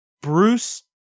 Bruce